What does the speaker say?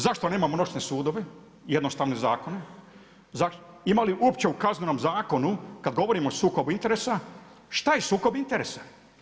Zašto nemamo noćne sudove jednostavne zakone, ima li uopće u Kaznenom zakonu, kad govorimo o sukobu interesa, šta je sukob interesa?